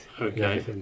Okay